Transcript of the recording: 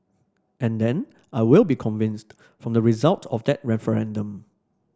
and then I will be convinced from the result of that referendum